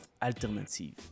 alternatives